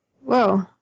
Whoa